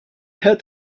had